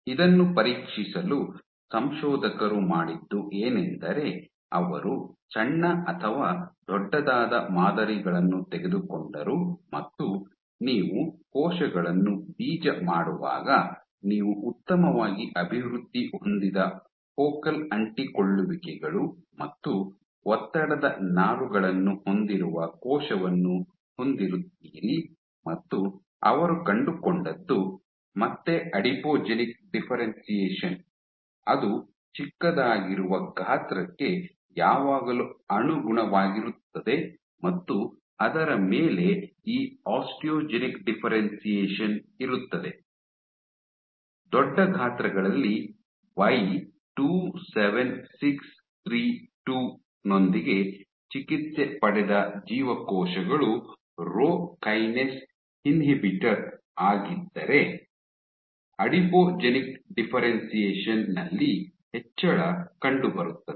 ಇದನ್ನು ಪರೀಕ್ಷಿಸಲು ಸಂಶೋಧಕರು ಮಾಡಿದ್ದು ಏನೆಂದರೆ ಅವರು ಸಣ್ಣ ಅಥವಾ ದೊಡ್ಡದಾದ ಮಾದರಿಗಳನ್ನು ತೆಗೆದುಕೊಂಡರು ಮತ್ತು ನೀವು ಕೋಶಗಳನ್ನು ಬೀಜ ಮಾಡುವಾಗ ನೀವು ಉತ್ತಮವಾಗಿ ಅಭಿವೃದ್ಧಿ ಹೊಂದಿದ ಫೋಕಲ್ ಅಂಟಿಕೊಳ್ಳುವಿಕೆಗಳು ಮತ್ತು ಒತ್ತಡದ ನಾರುಗಳನ್ನು ಹೊಂದಿರುವ ಕೋಶವನ್ನು ಹೊಂದಿರುತ್ತೀರಿ ಮತ್ತು ಅವರು ಕಂಡುಕೊಂಡದ್ದು ಮತ್ತೆ ಅಡಿಪೋಜೆನಿಕ್ ಡಿಫ್ಫೆರೆನ್ಶಿಯೇಷನ್ ಅದು ಚಿಕ್ಕದಾಗಿರುವ ಗಾತ್ರಕ್ಕೆ ಯಾವಾಗಲೂ ಅನುಗುಣವಾಗಿರುತ್ತದೆ ಮತ್ತು ಅದರ ಮೇಲೆ ಈ ಆಸ್ಟಿಯೋಜೆನಿಕ್ ಡಿಫ್ಫೆರೆನ್ಶಿಯೇಷನ್ ಇರುತ್ತದೆ ದೊಡ್ಡ ಗಾತ್ರಗಳಲ್ಲಿ Y27632 ನೊಂದಿಗೆ ಚಿಕಿತ್ಸೆ ಪಡೆದ ಜೀವಕೋಶಗಳು ರೋ ಕೈನೇಸ್ ರಾಕ್ ಇನ್ಹಿಬಿಟರ್ ಆಗಿದ್ದರೆ ಅಡಿಪೋಜೆನಿಕ್ ಡಿಫ್ಫೆರೆನ್ಶಿಯೇಷನ್ ನಲ್ಲಿ ಹೆಚ್ಚಳ ಕಂಡು ಬರುತ್ತದೆ